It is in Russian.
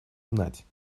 знать